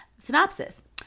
Synopsis